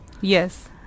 yes